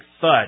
thud